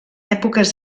èpoques